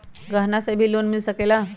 गहना से भी लोने मिल सकेला?